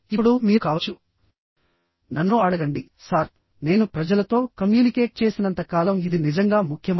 ఇప్పుడు మీరు కావచ్చు నన్ను అడగండి సార్ నేను ప్రజలతో కమ్యూనికేట్ చేసినంత కాలం ఇది నిజంగా ముఖ్యమా